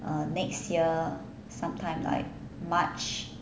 err next year sometime like march